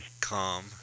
calm